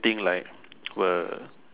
think like will